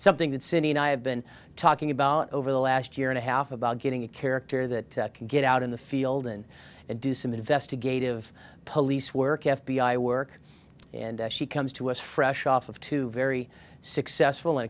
something that cindy and i have been talking about over the last year and a half about getting a character that can get out in the field and and do some investigative police work f b i work and she comes to us fresh off of two very successful